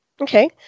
Okay